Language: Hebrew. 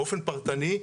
באופן פרטני,